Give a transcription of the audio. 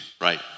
right